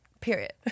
period